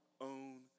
own